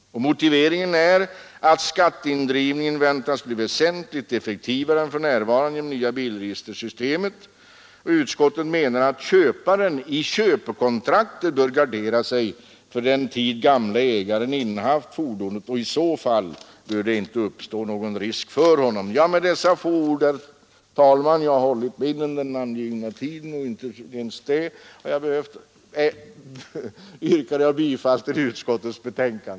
Motiveringen är att skatteindrivningen väntas bli väsentligt effektivare än för närvarande genom det nya bilregistersystemet. Utskottet menar att köparen i köpekontrakten bör gardera sig för den tid den gamle ägaren innehaft fordonet. I så fall bör det inte uppstå någon risk för honom. Med dessa få ord, herr talman — jag har hållit mig inom den angivna tiden — yrkar jag bifall till utskottets hemställan.